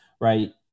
right